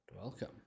Welcome